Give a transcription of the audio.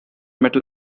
metal